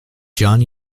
john